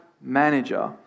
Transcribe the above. manager